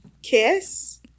kiss